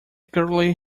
cutlery